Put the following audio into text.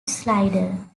slider